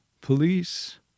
police